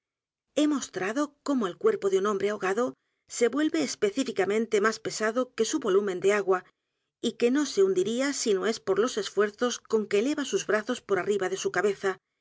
d o cómo el cuerpo de un hombre ahogado se vuelve e s p e cíficamente más pesado que su volumen de agua y que no se hundiría si no es por los esfuerzos con que eleva sus brazos por arriba de su cabeza